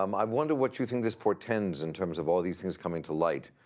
um i wonder what you think this portends in terms of all these things coming to light?